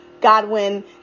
Godwin